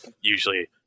usually